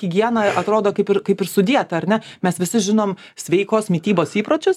higiena atrodo kaip ir kaip ir su dieta ar ne mes visi žinom sveikos mitybos įpročius